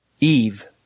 Eve